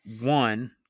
one